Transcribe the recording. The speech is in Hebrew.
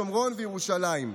שומרון וירושלים,